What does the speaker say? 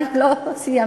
עוד לא סיימתי.